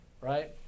right